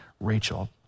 Rachel